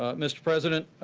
ah mr. president,